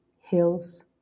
hills